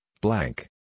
blank